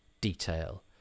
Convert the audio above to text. detail